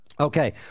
Okay